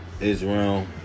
Israel